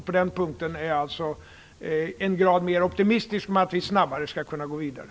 På den punkten är jag alltså en grad mera optimistisk och menar att vi snabbare skall kunna gå vidare.